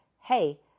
hey